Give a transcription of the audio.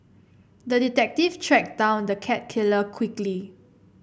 the detective tracked down the cat killer quickly